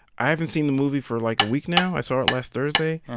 i haven't seen the movie for like a week now. i saw it last thursday,